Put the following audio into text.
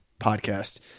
podcast